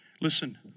Listen